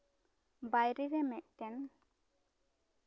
ᱵᱟᱭᱨᱮ ᱨᱮ ᱢᱤᱫᱴᱮᱱ